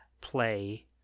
play